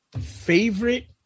favorite